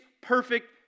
perfect